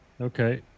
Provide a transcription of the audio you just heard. Okay